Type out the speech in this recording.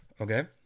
Okay